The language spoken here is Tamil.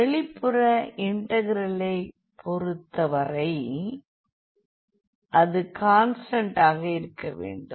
வெளிப்புற இன்டெகிரலை பொறுத்த வரை அது கான்ஸ்டண்டாக இருக்க வேண்டும்